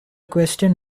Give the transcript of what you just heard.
question